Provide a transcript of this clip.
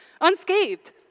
unscathed